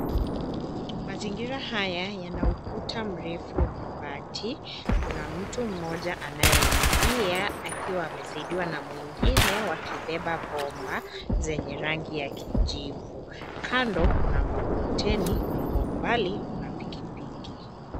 Mazingira haya yana ukuta mrefu wa mabati. Kuna mtu mmoja nayeingia akiwa amesaidiwa na mwengine wakibeba bomba zenye rangi ya kijivu. Kando kuna mkokoteni na kwa umbali kuna pikipiki.